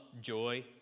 joy